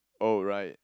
oh right